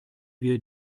wir